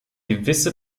gewisse